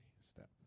step